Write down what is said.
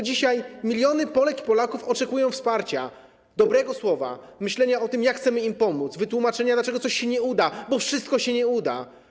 Dzisiaj miliony Polek i Polaków oczekują wsparcia, dobrego słowa, myślenia o tym, jak chcemy im pomóc, wytłumaczenia, dlaczego coś się nie uda, bo nie wszystko się uda.